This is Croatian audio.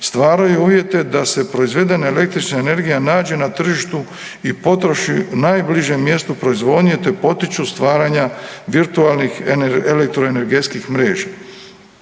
stvaraju uvjete da se proizvedena električna energija nađe na tržištu i potroši na najbližem mjestu proizvodnje, te potiču stvaranja virtualnih elektroenergetskih mreža.